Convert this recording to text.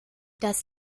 das